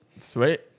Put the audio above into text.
sweet